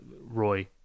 Roy